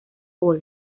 hole